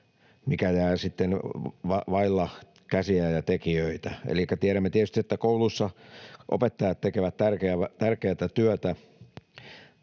mikä jää sitten vaille käsiä ja tekijöitä? Elikkä tiedämme tietysti, että koulussa opettajat tekevät tärkeätä työtä,